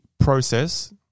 process